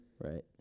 Right